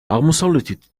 აღმოსავლეთით